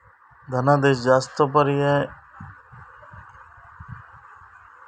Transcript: धनादेश जास्त सुरक्षित पर्याय म्हणून काम करता कारण ह्या क्रियेत रोख रक्कम गुंतलेली नसता